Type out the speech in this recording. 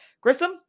Grissom